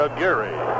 Aguirre